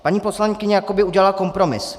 Paní poslankyně jakoby udělala kompromis.